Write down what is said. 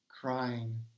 crying